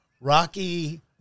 Rocky